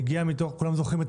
כולם זוכרים את